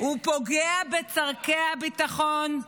הוא פוגע בצורכי הביטחון.